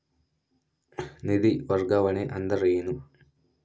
ನಿಧಿ ವರ್ಗಾವಣೆ ಅಂದರೆ ಏನು?